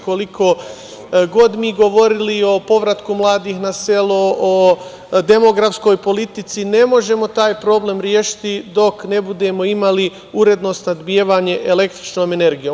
Koliko god mi govorili o povratku mladih na selo, o demografskoj politici, ne možemo taj problem rešiti dok ne budemo imali uredno snabdevanje električnom energijom.